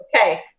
okay